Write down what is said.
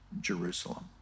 Jerusalem